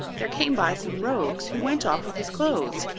there came by some rogues, who went off with his clothes,